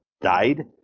died